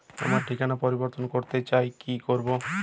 আমার ঠিকানা পরিবর্তন করতে চাই কী করব?